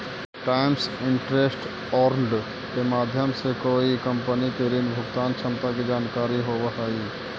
times interest earned के माध्यम से कोई कंपनी के ऋण भुगतान क्षमता के जानकारी होवऽ हई